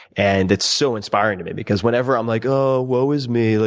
and it's so inspiring to me because whenever i'm like, oh, woe is me, like